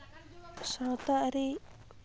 ᱥᱟᱶᱛᱟ ᱟᱹᱨᱤ